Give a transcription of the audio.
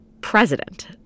president